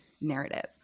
narrative